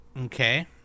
Okay